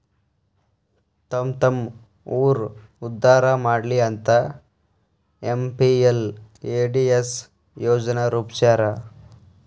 ತಮ್ಮ್ತಮ್ಮ ಊರ್ ಉದ್ದಾರಾ ಮಾಡ್ಲಿ ಅಂತ ಎಂ.ಪಿ.ಎಲ್.ಎ.ಡಿ.ಎಸ್ ಯೋಜನಾ ರೂಪ್ಸ್ಯಾರ